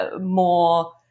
more